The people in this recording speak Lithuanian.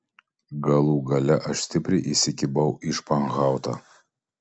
galų gale aš stipriai įsikibau į španhautą